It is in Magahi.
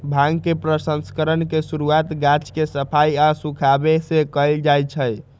भांग के प्रसंस्करण के शुरुआत गाछ के सफाई आऽ सुखाबे से कयल जाइ छइ